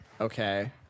Okay